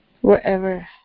wherever